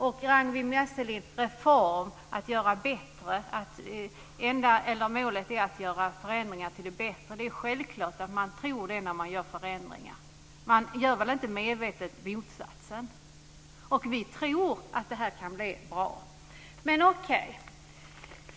Och, Ragnwi Marcelind, i en reform är målet att göra förändringar till det bättre. Det är självklart att man tror det när man gör förändringar. Man gör väl inte medvetet motsatsen. Vi tror att det här kan bli bra.